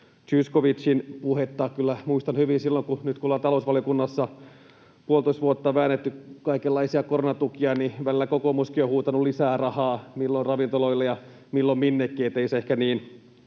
Zyskowiczin puhetta. Nyt kun ollaan talousvaliokunnassa puolitoista vuotta väännetty kaikenlaisia koronatukia, niin muistan kyllä hyvin, miten välillä kokoomuskin on huutanut lisää rahaa — milloin ravintoloille ja milloin minnekin. Että ei se ehkä niin